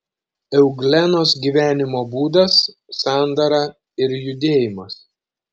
euglenos gyvenimo būdas sandara ir judėjimas